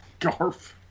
Garf